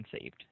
saved